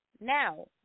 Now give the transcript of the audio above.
Now